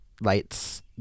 lights